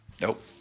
Nope